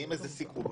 מוציאים איזה סיכום,